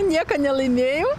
niekad nelaimėjau